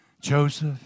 Joseph